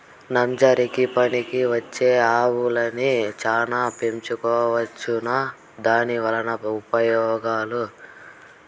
నంజరకి పనికివచ్చే ఆవులని చానా పెంచుకోవచ్చునా? దానివల్ల ప్రయోజనం మరియు రకాలు?